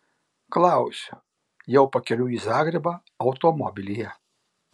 klausiu jau pakeliui į zagrebą automobilyje